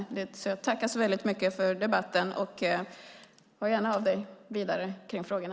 Jag tackar så mycket för debatten. Hör gärna av dig vidare kring frågorna!